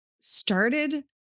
started